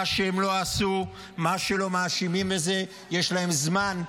מה שהם לא עשו, מה שלא מאשימים בזה, יש להם זמן.